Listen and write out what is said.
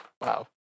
wow